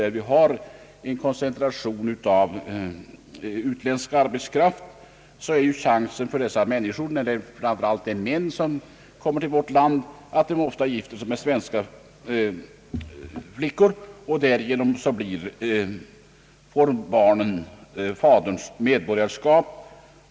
Där vi har en koncentration av utländsk arbetskraft händer det ofta att de män som kommer till vårt land gifter sig med svenska flickor, och därigenom får barnen faderns medborgarskap.